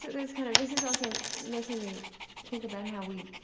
this kind of this is also making me think about how we